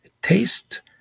taste